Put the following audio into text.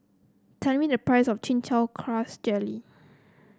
tell me the price of Chin Chow Grass Jelly